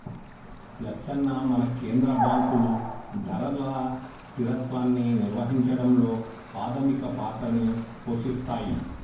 లచ్చన్న మన కేంద్ర బాంకులు ధరల స్థిరత్వాన్ని నిర్వహించడంలో పాధమిక పాత్రని పోషిస్తాయి